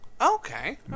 Okay